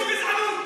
זו גזענות.